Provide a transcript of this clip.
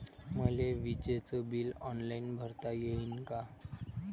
मले विजेच bill online भरता येईन का?